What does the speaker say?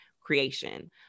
creation